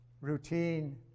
routine